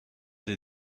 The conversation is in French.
des